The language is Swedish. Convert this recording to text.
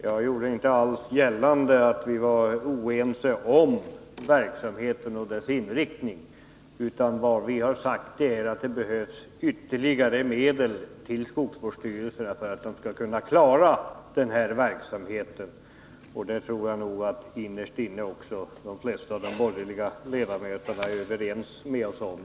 Jag gjorde inte alls gällande att vi är oense om verksamheten och dess inriktning. Vad vi har sagt är att det behövs ytterligare medel till skogsvårdsstyrelserna för att de skall kunna klara denna verksamhet. Det tror jag att också de flesta borgerliga ledamöter innerst inne är överens med oss om.